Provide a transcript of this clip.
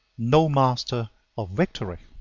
no master of victory.